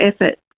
effort